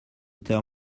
tell